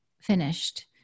finished